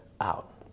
out